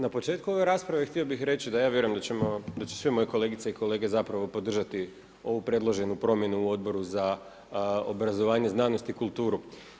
Na početku ove rasprave htio bi reći da ja vjerujem da će svi moje kolegice i kolege zapravo podržati ovu predloženu promjenu u Odboru za obrazovanje, znanost i kulturu.